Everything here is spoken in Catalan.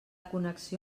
connexió